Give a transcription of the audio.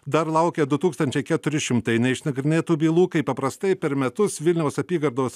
dar laukia du tūkstančiai keturi šimtai neišnagrinėtų bylų kai paprastai per metus vilniaus apygardos